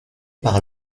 par